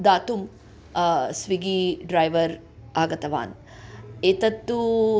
दातुं Swiggy driver आगतवान् एतत्तु